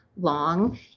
long